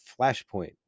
Flashpoint